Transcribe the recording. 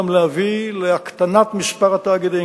גם להביא להקטנת מספר התאגידים,